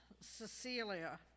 Cecilia